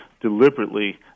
deliberately